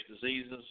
diseases